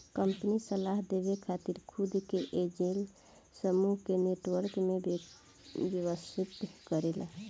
company सलाह देवे खातिर खुद के एंजेल समूह के नेटवर्क में व्यवस्थित करेला